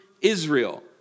Israel